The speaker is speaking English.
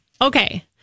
okay